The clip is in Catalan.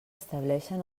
estableixen